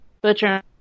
Butcher